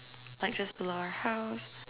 like just below our house